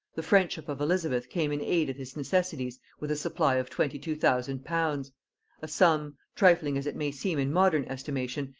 the friendship of elizabeth came in aid of his necessities with a supply of twenty-two thousand pounds a sum, trifling as it may seem in modern estimation,